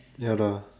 ya lah